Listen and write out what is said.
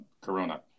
Corona